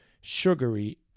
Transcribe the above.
sugary